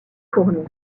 fournie